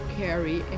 carry